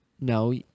No